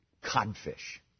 codfish